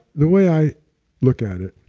the way i look at it,